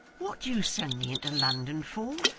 what do you send me into london for,